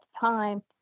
time